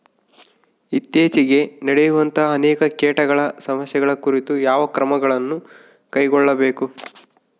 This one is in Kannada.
ಇತ್ತೇಚಿಗೆ ನಡೆಯುವಂತಹ ಅನೇಕ ಕೇಟಗಳ ಸಮಸ್ಯೆಗಳ ಕುರಿತು ಯಾವ ಕ್ರಮಗಳನ್ನು ಕೈಗೊಳ್ಳಬೇಕು?